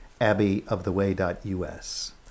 abbeyoftheway.us